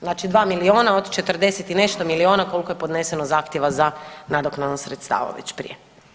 Znači 2 milijuna od 40 i nešto milijuna, koliko je podneseno zahtjeva za nadoknadom sredstava već prije.